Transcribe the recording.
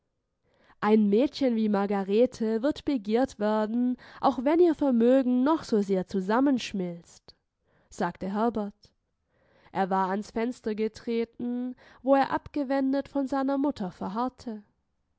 ein mädchen wie margarete wird begehrt werden auch wenn ihr vermögen noch so sehr zusammenschmilzt sagte herbert er war ans fenster getreten wo er abgewendet von seiner mutter verharrte